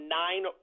nine